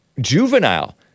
juvenile